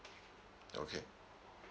okay